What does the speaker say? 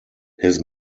his